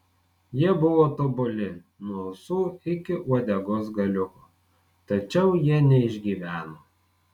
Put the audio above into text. jie buvo tobuli nuo ausų iki uodegos galiuko tačiau jie neišgyveno